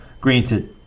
Granted